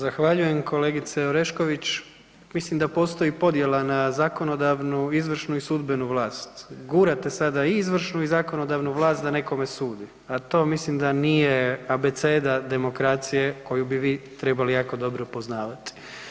Zahvaljujem kolegice Orešković, mislim da postoji podjela na zakonodavnu, izvršnu i sudbenu vlast, gurate sada i izvršnu i zakonodavnu vlast da nekome sudi, a to mislim da nije abeceda demokracije koju bi vi trebali jako dobro poznavati.